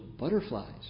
Butterflies